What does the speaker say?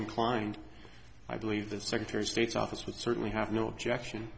inclined i believe the secretary of state's office would certainly have no objection